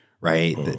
right